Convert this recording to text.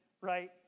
right